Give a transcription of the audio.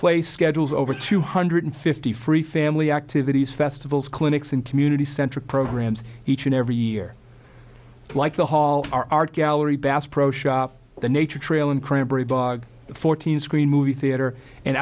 play schedules over two hundred fifty free family activities festivals clinics and community center programs each and every year like the hall art gallery bass pro shop the nature trail and cranberry bog fourteen screen movie theater and